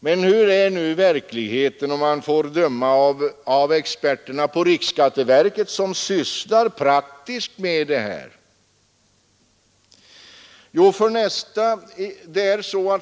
Men hur är nu verkligheten, om man får döma av riksskatteverkets experter som praktiskt sysslar med detta?